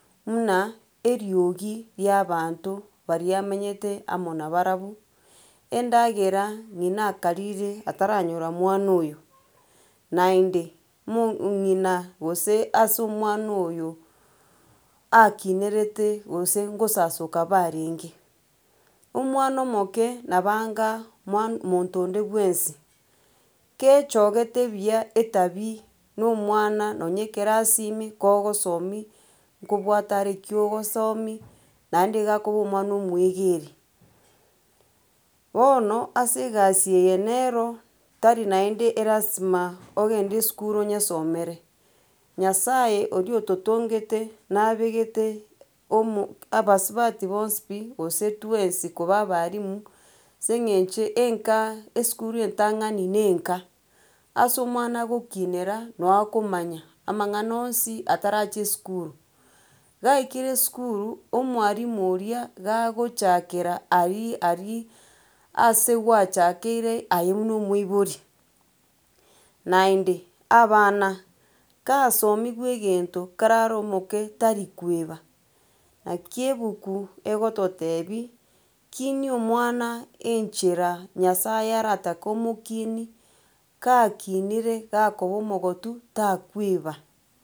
Muna eriogi ria abanto bari amenyete amo nabarabwo, endagera ng'ina akarire ataranyora mwana oyo, naende moong'ina gose ase omwana oyo akinerete gose ngosasoka barenge. Omwana omoke nabo anga mwa monto onde bwensi. Kechogete buya etabia, na omwana nonya ekerasi ime kogosomi nkobwatare eki ogosomi naende iga akoba omwana omwegeri. Bono ase egasi eye nero, tari naende elasima ogende esukuru onyesomere, nyasare oria ototonge nabegete omo abasubati bonsi pi gose twensi koba abalimu ase eng'encho enka esukuru entang'ani na enka. Ase omwana agokinera noo akomanya amang'ana onsi atarachia esukuru, gaikire esukuru omwalimu oria gagochakera aria aria ase gwachakeire aye buna omwoibori. Naende, abana gasomiwe egento, kare are omoke tarikoeba naki ebuku egototebi kinia omwana enchera nyasaye aratake omokinia gakinire gakoba omogotu takoeba.